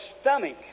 stomach